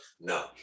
No